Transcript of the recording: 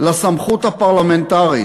לסמכות הפרלמנטרית.